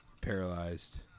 paralyzed